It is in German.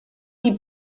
die